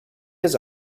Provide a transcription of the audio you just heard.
his